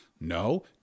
No